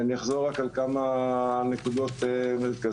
אני אחזור רק על כמה נקודות מרכזיות.